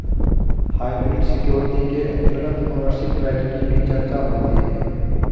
hybrid security के अंतर्गत ownership right की भी चर्चा होती है